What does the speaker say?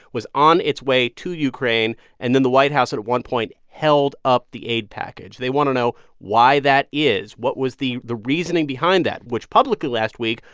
was on its way to ukraine and then the white house, at at one point, held up the aid package. they want to know why that is. what was the reasoning reasoning behind that, which publicly last week,